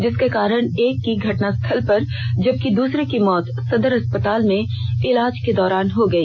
जिसके कारण एक की घटना स्थल पर जबकि दूसरे की मौत सदर अस्पताल में इलाज के दौरान हो गई